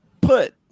Put